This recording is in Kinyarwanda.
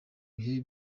bihe